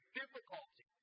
difficulty